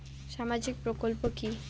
সামাজিক প্রকল্প কি?